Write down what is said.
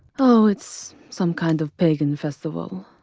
oh, it's. some kind of pagan festival.